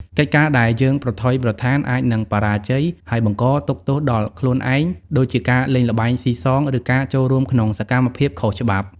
កិច្ចការដែលយើងប្រថុយប្រថាន អាចនឹងបរាជ័យ ហើយបង្កទុក្ខទោសដល់ខ្លួនឯង ដូចជាការលេងល្បែងស៊ីសង ឬការចូលរួមក្នុងសកម្មភាពខុសច្បាប់។